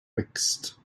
mixed